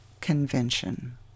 Convention